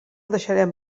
deixarem